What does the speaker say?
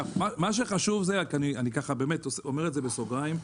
אני אומר בסוגריים,